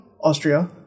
Austria